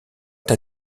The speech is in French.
t’a